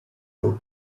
two